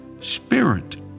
spirit